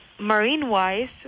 Marine-wise